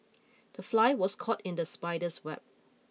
the fly was caught in the spider's web